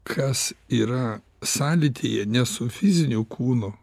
kas yra sąlytyje ne su fiziniu kūnu